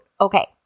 Okay